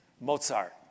Mozart